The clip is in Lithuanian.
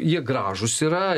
jie gražūs yra